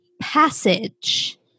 passage